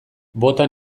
bota